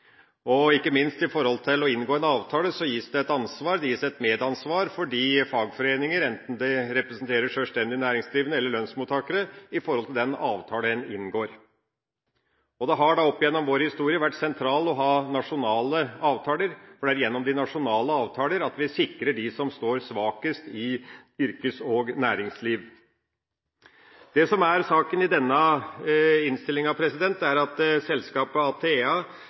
ansvar. Ikke minst når det gjelder det å inngå en avtale, gis det et ansvar. Det gis et medansvar for fagforeninger, enten de representerer sjølstendig næringsdrivende eller lønnsmottakere, i forhold til den avtale en inngår. Det har opp gjennom vår historie vært sentralt å ha nasjonale avtaler, for det er gjennom de nasjonale avtaler at vi sikrer dem som står svakest i yrkes- og næringsliv. Det som er saken i denne innstillinga, er at Atea er selskapet